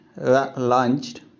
launched